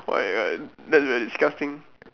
why why that looks like disgusting